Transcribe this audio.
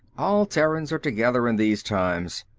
all terrans are together in these times.